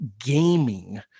gaming